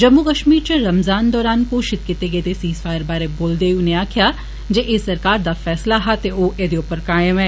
जम्मू कश्मीर च रमज़ान दौरान घोषित कीते गेदे सिजफायर बारै बोलदे होई उनें आक्खेआ जे एह सरकार दा फैसला हा ते ओ ऐदे उप्पर कायम ऐ